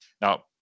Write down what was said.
Now